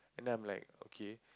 and then I'm like okay